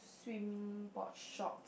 swim board short